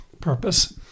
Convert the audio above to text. purpose